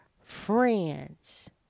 friends